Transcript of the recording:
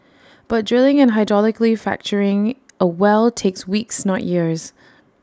but drilling and hydraulically fracturing A well takes weeks not years